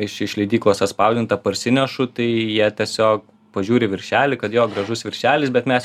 iš iš leidyklos atspausdintą parsinešu tai jie tiesiog pažiūri viršelį kad jo gražus viršelis bet mes